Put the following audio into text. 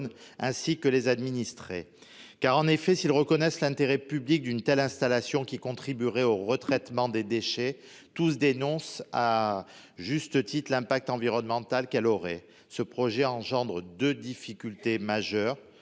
ainsi que les administrés. En effet, s'ils reconnaissent l'intérêt public d'une telle installation, laquelle contribuerait au retraitement des déchets, tous dénoncent, à juste titre, son impact environnemental. Ce projet pose deux difficultés majeures.